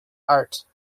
art